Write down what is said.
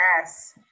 Yes